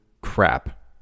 crap